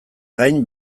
gain